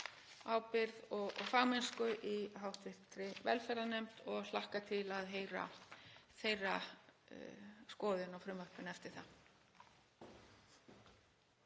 ábyrgð og fagmennsku í hv. velferðarnefnd og hlakka til að heyra þeirra skoðun á frumvarpinu eftir það.